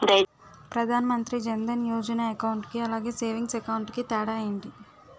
Pradhan Mantri Jan Dhan Yojana account కి అలాగే savings account కి తేడా ఏంటి?